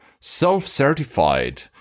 self-certified